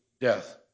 death